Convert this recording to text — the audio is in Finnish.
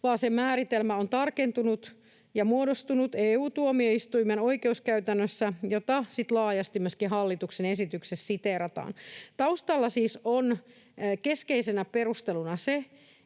vaan se määritelmä on tarkentunut ja muodostunut EU-tuomioistuimen oikeuskäytännössä, jota sitten laajasti myöskin hallituksen esityksessä siteerataan. Taustalla siis on keskeisenä perusteluna se,